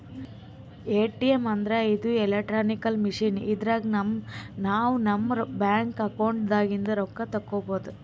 ATM ಅಂದ್ರ ಇದು electronic machine ಇದ್ರಾಗ್ ನಾವ್ ನಮ್ ಬ್ಯಾಂಕ್ ಅಕೌಂಟ್ ದಾಗಿಂದ್ ರೊಕ್ಕ ತಕ್ಕೋಬಹುದ್